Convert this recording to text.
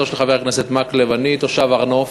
של חבר הכנסת מקלב, אני תושב הר-נוף,